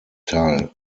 teil